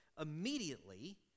immediately